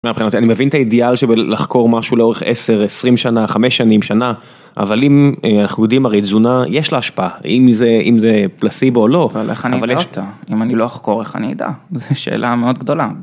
מבחינתי אני מבין את האידיאל של לחקור משהו לאורך 10 20 שנה 5 שנים שנה אבל אם אנחנו יודעים הרי תזונה יש לה השפעה אם זה אם זה פלסיבו לא אבל איך אני אדע אותה אם אני לא אחקור איך אני אדע? זו שאלה מאוד גדולה.